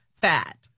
fat